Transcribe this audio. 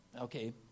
Okay